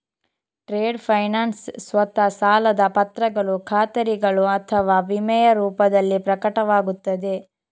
trade finance ಸ್ವತಃ ಸಾಲದ ಪತ್ರಗಳು ಖಾತರಿಗಳು ಅಥವಾ ವಿಮೆಯ ರೂಪದಲ್ಲಿ ಪ್ರಕಟವಾಗುತ್ತದೆ